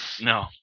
No